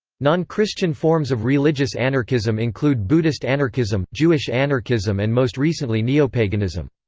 non-christian forms of religious anarchism include buddhist anarchism jewish anarchism and most recently neopaganism.